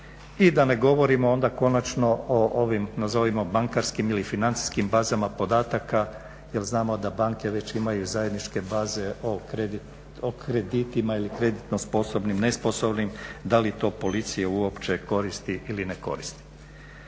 I da ne govorimo onda konačno o ovim nazovimo bankarskim ili financijskim bazama podataka jel znamo da banke već imaju zajedničke baze o kreditima ili kreditno sposobnim ili nesposobnim, da li to policija uopće koristi ili ne koristi.